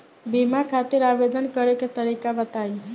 बीमा खातिर आवेदन करे के तरीका बताई?